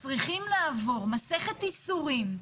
צריכים לעבור מסכת יסורים.